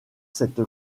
cette